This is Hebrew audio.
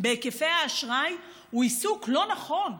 בהיקפי האשראי הוא אינו נכון.